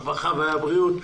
הרווחה והבריאות.